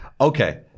Okay